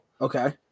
Okay